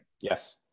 yes